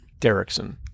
Derrickson